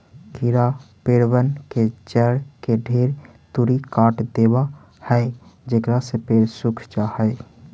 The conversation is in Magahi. कीड़ा पेड़बन के जड़ के ढेर तुरी काट देबा हई जेकरा से पेड़ सूख जा हई